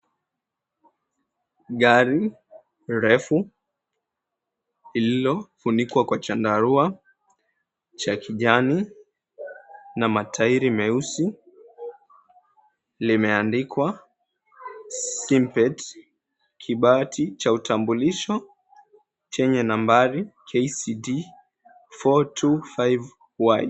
Gari refu lililofunikwa kwa chandarua cha kijani na matairi meusi limeandikwa, Simpet, kibati cha utambulisho chenye nambari KCD 425Y.